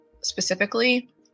specifically